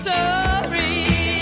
Sorry